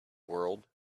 world